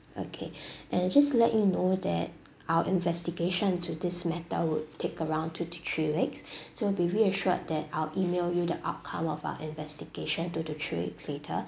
okay and just let you know that our investigation to this matter would take around two to three weeks so be reassured that I'll email you the outcome of our investigation two to three weeks later